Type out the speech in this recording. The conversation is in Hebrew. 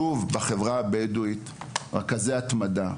שוב, בחברה הבדואית יש גם רכזי התמדה.